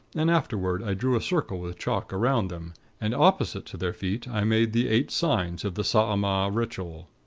and afterward i drew a circle with chalk around them and opposite to their feet, i made the eight signs of the saaamaaa ritual.